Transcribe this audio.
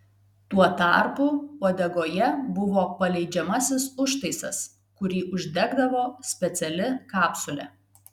tuo tarpu uodegoje buvo paleidžiamasis užtaisas kurį uždegdavo speciali kapsulė